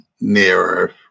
nearer